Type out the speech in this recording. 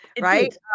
Right